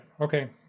Okay